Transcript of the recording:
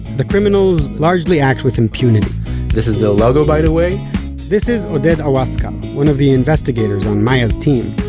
the criminals largely act with impunity this is their logo by the way this is oded awaskar one of the investigators on maya's team.